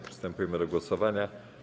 Przystępujemy do głosowania.